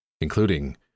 including